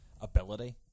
ability